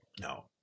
No